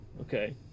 okay